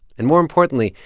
and more importantly,